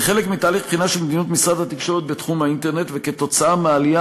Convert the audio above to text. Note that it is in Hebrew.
כחלק מתהליך בחינה של מדיניות משרד התקשורת בתחום האינטרנט וכתוצאה מהעלייה